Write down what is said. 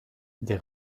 des